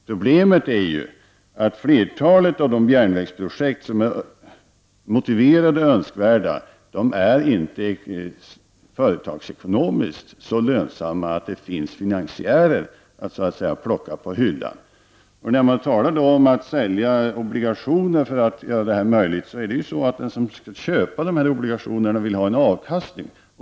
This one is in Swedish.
Problemet är att flertalet av de järnvägsprojekt som är motiverade och önskvärda inte är företagsekonomiskt så lönsamma att finansiärer finns att plocka på hyllan. När man talar om att sälja obligationer för att göra projekten möjliga, måste man komma ihåg att de som skall köpa dessa obligationer vill ha en avkastning.